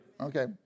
Okay